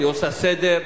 היא עושה סדר,